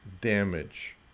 damage